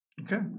Okay